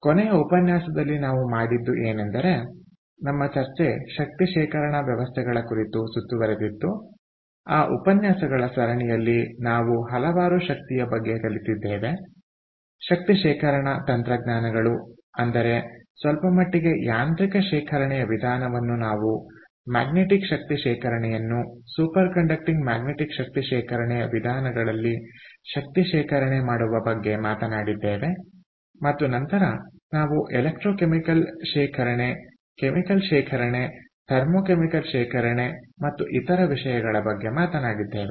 ಆದ್ದರಿಂದ ಕೊನೆಯ ಉಪನ್ಯಾಸದಲ್ಲಿ ನಾವು ಮಾಡಿದ್ದು ಏನಂದರೆ ನಮ್ಮ ಚರ್ಚೆ ಶಕ್ತಿ ಶೇಖರಣಾ ವ್ಯವಸ್ಥೆಗಳ ಕುರಿತು ಸುತ್ತುವರೆದಿತ್ತು ಆ ಉಪನ್ಯಾಸಗಳ ಸರಣಿಯಲ್ಲಿ ನಾವು ಹಲವಾರು ಶಕ್ತಿಯ ಬಗ್ಗೆ ಕಲಿತಿದ್ದೇವೆ ಶಕ್ತಿ ಶೇಖರಣಾ ತಂತ್ರಜ್ಞಾನಗಳು ಅಂದರೆ ಸ್ವಲ್ಪಮಟ್ಟಿಗೆ ಯಾಂತ್ರಿಕ ಶೇಖರಣೆಯ ವಿಧಾನವನ್ನು ನಾವು ಮ್ಯಾಗ್ನೆಟಿಕ್ ಶಕ್ತಿ ಶೇಖರಣೆಯನ್ನು ಸೂಪರ್ ಕಂಡಕ್ಟಿಂಗ್ ಮ್ಯಾಗ್ನೆಟಿಕ್ ಶಕ್ತಿ ಶೇಖರಣೆಯ ವಿಧಾನಗಳಲ್ಲಿ ಶಕ್ತಿ ಶೇಖರಣೆ ಮಾಡುವ ಬಗ್ಗೆ ಮಾತನಾಡಿದ್ದೇವೆ ಮತ್ತು ನಂತರ ನಾವು ಎಲೆಕ್ಟ್ರೋ ಕೆಮಿಕಲ್ ಶೇಖರಣೆ ಕೆಮಿಕಲ್ ಶೇಖರಣೆ ಥರ್ಮೋ ಕೆಮಿಕಲ್ ಶೇಖರಣೆ ಮತ್ತು ಇತರ ವಿಷಯಗಳ ಬಗ್ಗೆ ಮಾತನಾಡಿದ್ದೇವೆ